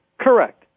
Correct